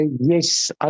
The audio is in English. Yes